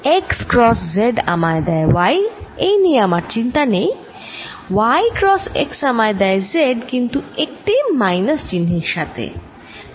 x cross z আমায় দেয় y এই নিয়ে আমার চিন্তা নেই y ক্রস x আমায় দেয় z কিন্তু একটি মাইনাস চিহ্নের সাথে